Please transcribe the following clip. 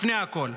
לפני הכול.